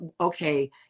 okay